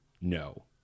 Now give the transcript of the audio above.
No